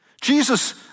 Jesus